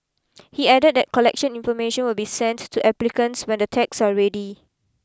he added that collection information will be sent to applicants when the tags are ready